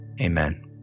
Amen